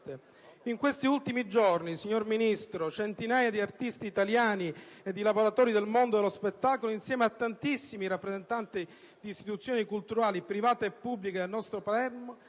Negli ultimi giorni, signor Ministro, centinaia di artisti italiani e di lavoratori del mondo dello spettacolo, insieme a tantissimi rappresentanti di istituzioni culturali private e pubbliche del nostro Paese,